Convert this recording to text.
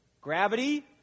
Gravity